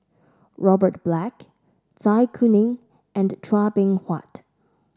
Robert Black Zai Kuning and Chua Beng Huat